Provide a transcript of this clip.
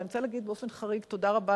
אבל אני רוצה להגיד באופן חריג תודה רבה